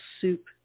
soup